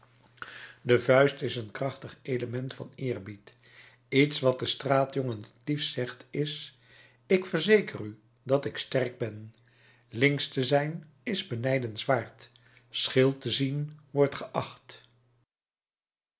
de vuist is een krachtig element van eerbied iets wat de straatjongen het liefst zegt is ik verzeker u dat ik sterk ben links te zijn is benijdenswaard scheel te zien wordt geacht